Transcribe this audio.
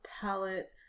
palette